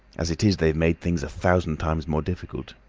as it is, they've made things a thousand times more difficult.